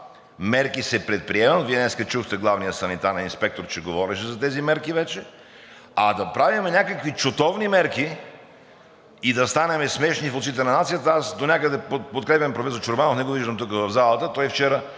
мерки се предприемат. Вие днес чухте главният санитарен инспектор, че вече говореше за тези мерки, а да правим някакви чутовни мерки и да ставаме смешни в очите на нацията, аз донякъде подкрепям проф. Чорбанов – не го виждам тук, в залата, той вчера